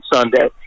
Sunday